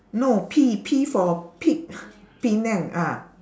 no P P for peek penang ah